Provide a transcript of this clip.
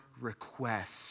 requests